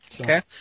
Okay